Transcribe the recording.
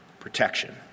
protection